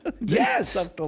Yes